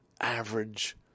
average